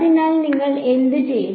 അതിനാൽ നിങ്ങൾ എന്തു ചെയ്യും